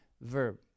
verb